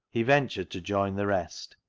he ventured to join the rest,